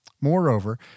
Moreover